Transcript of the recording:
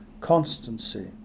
constancy